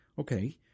okay